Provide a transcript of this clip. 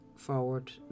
forward